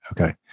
Okay